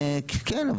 כן.